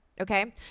okay